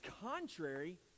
contrary